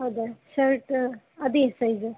ಹೌ್ದಾ shirt ಅದೇ size